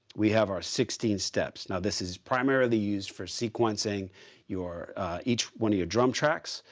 we have our sixteen steps. now, this is primarily used for sequencing your each one of your drum tracks,